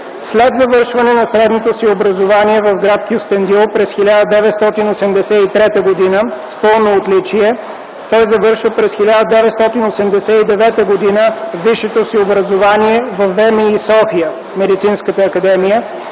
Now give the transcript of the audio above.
След завършване на средното си образование в гр. Кюстендил през 1983 г. с пълно отличие, той завършва през 1989 г. висшето си образование във ВМИ – София – Медицинска академия,